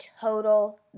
total